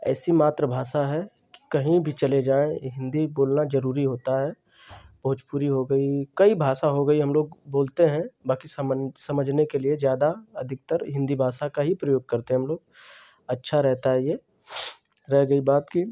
ऐसी मातृभाषा है कि कहीं भी चले जाएँ हिन्दी बोलना जरूरी होता है भोजपुरी हो गई कई भाषा हो गई हमलोग बोलते हैं बाकी समन समझने के लिए ज़्यादा अधिकतर हिन्दी भाषा का ही प्रयोग करते हैं हमलोग अच्छा रहता है यह रह गई बात कि